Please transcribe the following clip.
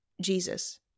Jesus